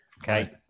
Okay